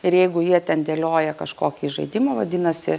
ir jeigu jie ten dėlioja kažkokį žaidimą vadinasi